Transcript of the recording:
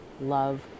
love